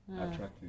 attractive